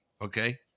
okay